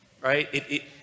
right